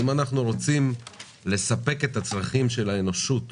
אם אנחנו רוצים לספק את הצרכים של האנושות